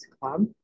club